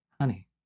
honey